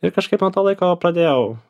ir kažkaip nuo to laiko pradėjau